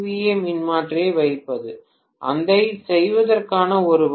ஏ மின்மாற்றியை வைப்பது அதைச் செய்வதற்கான ஒரு வழி